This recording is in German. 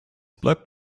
bleibt